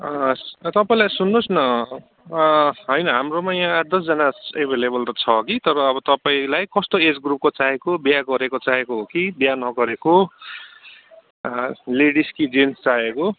तपाईँलाई सुन्नुहोस् न होइन हाम्रोमा यहाँ आठ दसजना एभाइलेबल त छ कि तर अब तपाईँलाई कस्तो एज ग्रुपको चाहिएको बिहे गरेको चाहिएको हो कि बिहे नगरेको लेडिस कि जेन्स चाहिएको